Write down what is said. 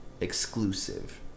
exclusive